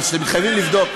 אבל שאתם מתחייבים לבדוק,